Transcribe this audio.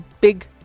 big